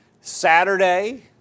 Saturday